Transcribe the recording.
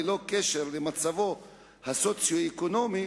ללא קשר למצבו הסוציו-אקונומי,